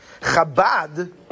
Chabad